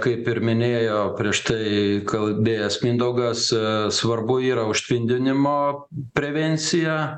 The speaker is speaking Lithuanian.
kaip ir minėjo prieš tai kalbėjęs mindaugas svarbu yra užtvindinimo prevencija